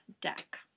deck